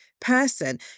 person